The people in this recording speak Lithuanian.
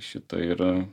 šita ir